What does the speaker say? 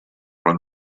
from